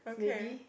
maybe